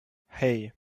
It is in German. hei